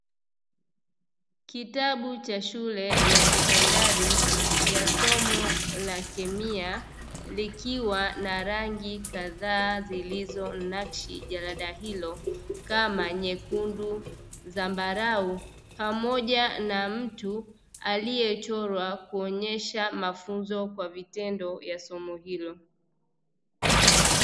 Kitabu cha shule ya sekondari ya somo la kemia, likiwa na rangi kadhaa zilizonakshi jalada hilo, kama nyekundu, zambarau pamoja na mtu aliyechorwa kuonyesha mafunzo kwa vitendo ya somo hilo.